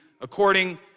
according